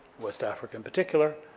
west africa in particular,